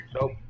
Nope